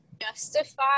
justify